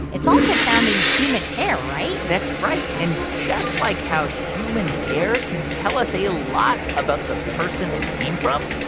it's also found in human hair, right? that's right. and just like how human hair can tell us a lot about the person it came from,